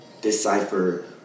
decipher